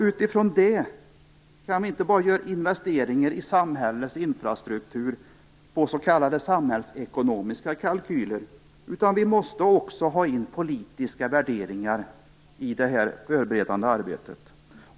Utifrån detta kan vi inte bara göra investeringar i samhällets infrastruktur utifrån s.k. samhällsekonomiska kalkyler, utan vi måste också föra in politiska värderingar i det förberedande arbetet.